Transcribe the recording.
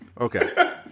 okay